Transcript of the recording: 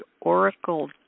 oracle